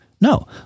No